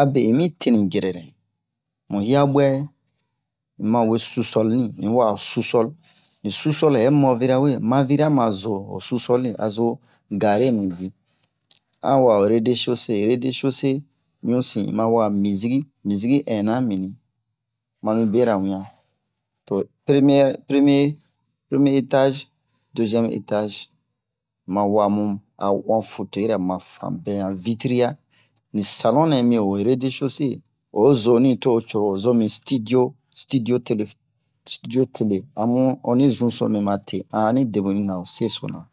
abe un'mi teni yɛrɛ yɛrɛ mu hiabwɛ u'ma we sous-sol ni un'yi wa'a ho sous-sol un sous-sol hɛ moviria we maviria ma zo o sous-sol azo garer mi a wi'a o redecose redecose ɲusi un'ma wa'a miziki innan min ma mi bera wiyan to première premier etage deuxième etage ma wa mu a o'han fauteuil ra ma fanbɛ an vitriya ni salon nɛ mi o redecose o zo ni to co'o zo ni studio studiotele amu oni zuso me ma te ani debenu ina ni sesona